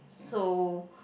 so